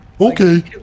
Okay